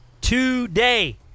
today